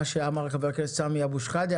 מה שאמר חבר הכנסת סמי אבו שחאדה,